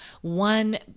one